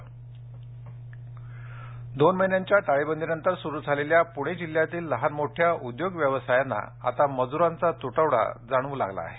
बेरोजगार दोन महिन्यांच्या टाळेबंदीनंतर सुरु झालेल्या पुणे जिल्ह्यातील लहान मोठ्या उद्योग व्यवसायांना आता मजुरांचा तुटवडा जाणवू लागला आहे